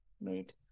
made